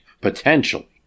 Potentially